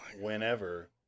whenever